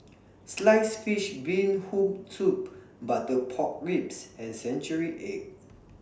Sliced Fish Bee Hoon Soup Butter Pork Ribs and Century Egg